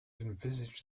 envisage